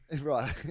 Right